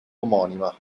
omonima